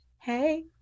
Hey